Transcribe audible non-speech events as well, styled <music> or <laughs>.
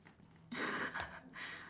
<laughs>